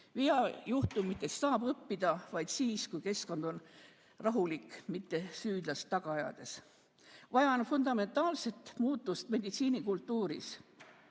Veajuhtumitest saab õppida vaid siis, kui keskkond on rahulik, mitte süüdlast taga ajades. Vaja on fundamentaalset muutust meditsiinikultuuris.